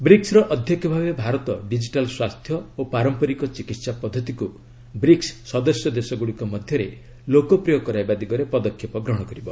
ବ୍ରିକୁର ଅଧ୍ୟକ୍ଷ ଭାବେ ଭାରତ ଡିଜିଟାଲ୍ ସ୍ୱାସ୍ଥ୍ୟ ଓ ପାରମ୍ପରିକ ଚିକିତ୍ସା ପଦ୍ଧତିକୁ ବ୍ରିକ୍ ସଦସ୍ୟ ଦେଶଗୁଡ଼ିକ ମଧ୍ୟରେ ଲୋକପ୍ରିୟ କରାଇବା ଦିଗରେ ପଦକ୍ଷେପ ଗ୍ରହଣ କରିବ